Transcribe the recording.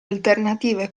alternative